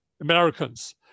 Americans